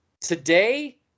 Today